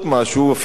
אפילו אם זה הציבור,